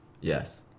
Yes